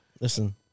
Listen